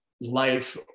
life